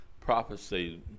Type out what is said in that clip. prophecy